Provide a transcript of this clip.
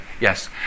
Yes